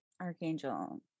archangel